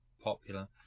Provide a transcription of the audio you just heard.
popular